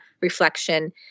reflection